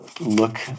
Look